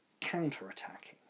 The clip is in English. counter-attacking